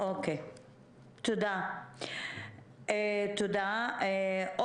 תודה לך, ד"ר.